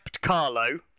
carlo